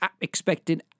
expecting